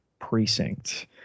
precinct